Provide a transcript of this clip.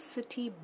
City